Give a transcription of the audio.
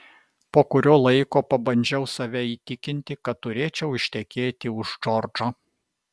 po kurio laiko pabandžiau save įtikinti kad turėčiau ištekėti už džordžo